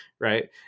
right